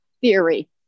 theory